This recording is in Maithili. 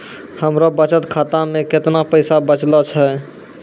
हमरो बचत खाता मे कैतना पैसा बचलो छै?